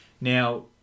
Now